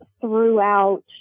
throughout